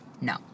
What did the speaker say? No